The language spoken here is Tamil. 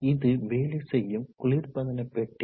இது வேலை செய்யும் குளிர்பதன பெட்டி